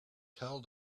tell